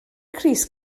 crys